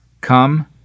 come